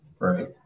Right